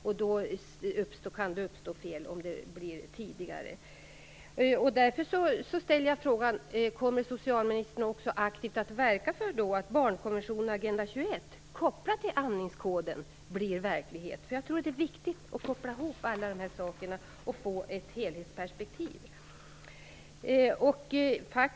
Om amningen avbryts tidigare kan det alltså uppstå fel. Agenda 21 kopplas till amningskoden och för att detta blir verklighet? Jag tror att det är viktigt att göra en sammankoppling så att man får ett helhetsperspektiv.